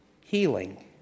healing